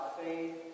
faith